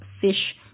fish